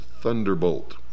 thunderbolt